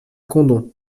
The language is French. condom